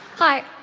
hi,